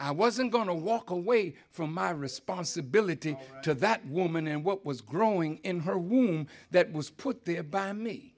i wasn't going to walk away from my responsibility to that woman and what was growing in her womb that was put there by me